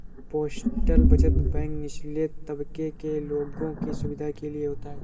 postal बचत bank निचले तबके के लोगों की सुविधा के लिए होता है